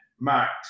Max